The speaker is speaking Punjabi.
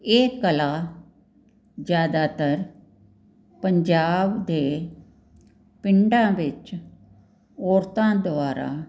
ਇਹ ਕਲਾ ਜ਼ਿਆਦਾਤਰ ਪੰਜਾਬ ਦੇ ਪਿੰਡਾਂ ਵਿੱਚ ਔਰਤਾਂ ਦੁਆਰਾ